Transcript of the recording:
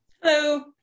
Hello